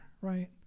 right